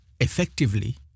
effectively